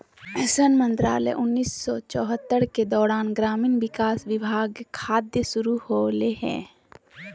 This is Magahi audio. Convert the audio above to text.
सन मंत्रालय उन्नीस सौ चैह्त्तर के दौरान ग्रामीण विकास विभाग खाद्य शुरू होलैय हइ